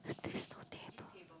there's no table